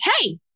Hey